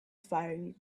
firing